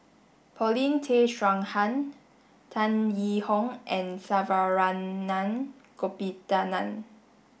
Paulin Tay Straughan Tan Yee Hong and Saravanan Gopinathan